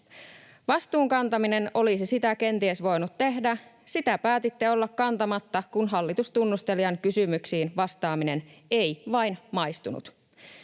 Vastuun kantaminen olisi sitä kenties voinut tehdä. Sitä päätitte olla kantamatta, kun hallitustunnustelijan kysymyksiin vastaaminen ei vain maistunut.